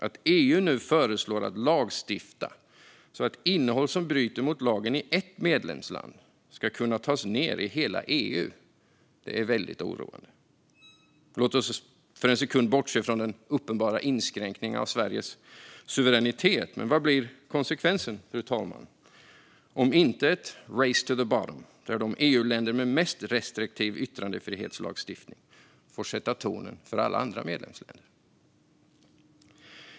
Att EU nu föreslår att lagstifta så att innehåll som bryter mot lagen i ett medlemsland ska kunna tas ned i hela EU är väldigt oroande. Låt oss för en sekund bortse från den uppenbara inskränkningen av Sveriges suveränitet, men vad blir konsekvensen, fru talman, om inte ett race to the bottom där EU-länderna med mest restriktiv yttrandefrihetslagstiftning får sätta tonen för alla andra medlemsländer?